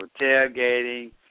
tailgating